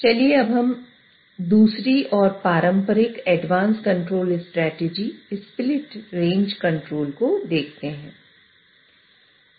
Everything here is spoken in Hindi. चलिए अब हम दूसरी और पारंपरिक एडवांस कंट्रोल स्ट्रेटजी को देखते हैं